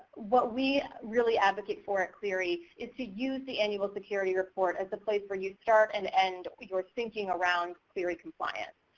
what we really advocate for at clery is to use the annual security report as the place where you start and end your thinking around clery compliance.